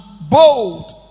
bold